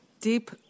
Deep